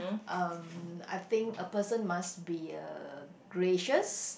um I think a person must be uh gracious